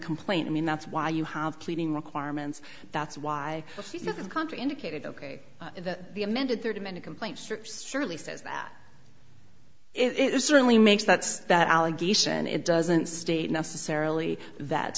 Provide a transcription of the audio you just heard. complaint i mean that's why you have pleading requirements that's why the contra indicated ok the the amended thirty minute complaint strips surely says that it certainly makes that's that allegation it doesn't state necessarily that